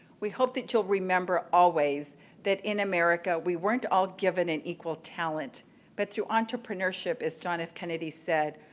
we hope that you'll remember always that in america, we weren't all given an equal talent but through entrepreneurship as john f. kennedy said,